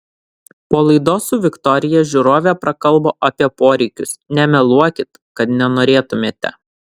po laidos su viktorija žiūrovė prakalbo apie poreikius nemeluokit kad nenorėtumėte